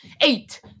Eight